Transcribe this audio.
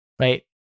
right